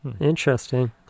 Interesting